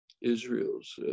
Israel's